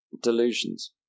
delusions